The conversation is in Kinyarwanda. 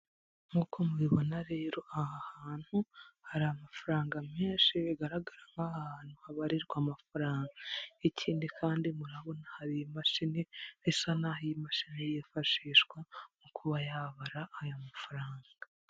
Nkuko mubibona rero, aha hantu hari amafaranga menshi bigaragara nk'aho aha hantu habarirwa amafaranga, ikindi kandi murabona hari imashini bisa nkaho iyi mashini yifashishwa mu kuba yabara aya mafaranga.